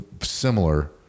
similar